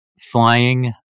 flying